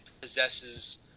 possesses